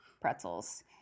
pretzels